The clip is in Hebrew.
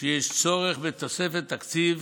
שיש צורך בתוספת תקציב